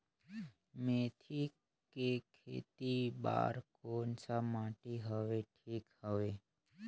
मेथी के खेती बार कोन सा माटी हवे ठीक हवे?